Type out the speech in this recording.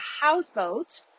houseboat